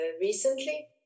recently